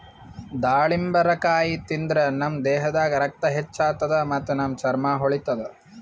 ದಾಳಿಂಬರಕಾಯಿ ತಿಂದ್ರ್ ನಮ್ ದೇಹದಾಗ್ ರಕ್ತ ಹೆಚ್ಚ್ ಆತದ್ ಮತ್ತ್ ನಮ್ ಚರ್ಮಾ ಹೊಳಿತದ್